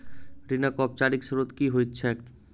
ऋणक औपचारिक स्त्रोत की होइत छैक?